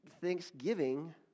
Thanksgiving